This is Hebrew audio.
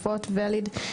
תקפות (Valid),